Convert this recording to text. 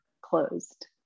closed